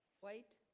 white